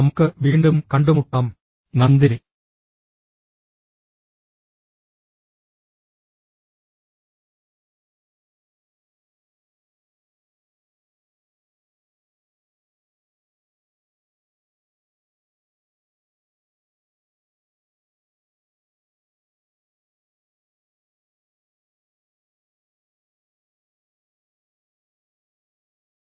നിങ്ങൾക്ക് സ്വയം കണ്ടെത്തലും ഈ പ്രക്രിയയിൽ സമ്പൂർണ്ണ വിജയവും ഞാൻ ആശംസിക്കുന്നു